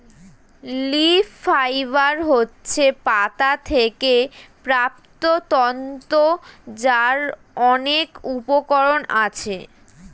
leaf fibre হচ্ছে পাতা থেকে প্রাপ্ত তন্তু যার অনেক উপকরণ আছে